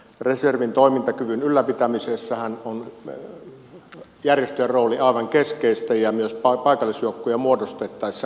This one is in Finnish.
reservin toimintakyvyn ylläpitämisessähän on järjestöjen rooli aivan keskeinen ja myös paikallisjoukkoja muodostettaessa